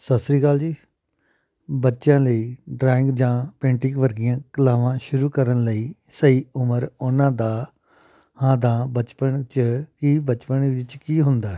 ਸਤਿ ਸ਼੍ਰੀ ਅਕਾਲ ਜੀ ਬੱਚਿਆਂ ਲਈ ਡਰਾਇੰਗ ਜਾਂ ਪੇਂਟਿੰਗ ਵਰਗੀਆਂ ਕਲਾਵਾਂ ਸ਼ੁਰੂ ਕਰਨ ਲਈ ਸਹੀ ਉਮਰ ਉਹਨਾਂ ਦਾ ਆਹ ਦਾ ਬਚਪਨ 'ਚ ਕੀ ਬਚਪਨ ਵਿੱਚ ਕੀ ਹੁੰਦਾ